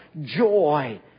joy